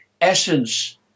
essence